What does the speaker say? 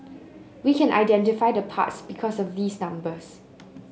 we can identify the parts because of these numbers